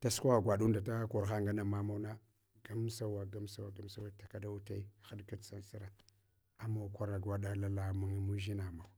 tasukwagha gwaɗunda ta korhan ngana mamauna, gamsawa, gamsawa tuka ɗauwutui, haɗkach ansura. Ama kwara gwaɗa lalamau mudʒina mawa.